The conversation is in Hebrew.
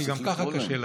כי גם ככה קשה לנו.